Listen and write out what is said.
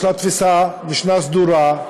יש לה משנה סדורה,